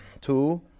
Two